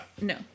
No